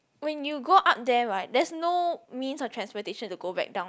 when you go up there right there is no means of transportation to go back down